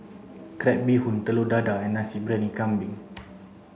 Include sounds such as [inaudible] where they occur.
crab bee hoon Telur Dadah and Nasi Briyani Kambing [noise]